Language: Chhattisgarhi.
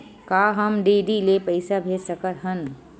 का हम डी.डी ले पईसा भेज सकत हन?